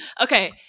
okay